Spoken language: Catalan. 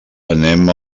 anem